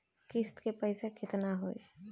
किस्त के पईसा केतना होई?